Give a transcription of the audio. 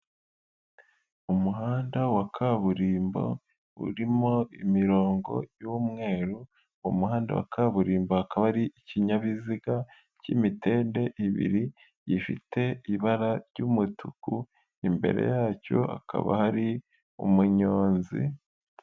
Umuhanda wa kaburimbo, urimo imirongo y'umweru, umuhanda wa kaburimbo hakaba hari ikinyabiziga, k'imitende ibiri, gifite ibara ry'umutuku, imbere yacyo hakaba hari umunyonzi.